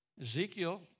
Ezekiel